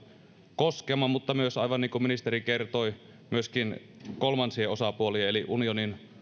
koskemaan mutta myös aivan niin kuin ministeri kertoi myöskin kolmansia osapuolia eli unionin